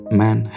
man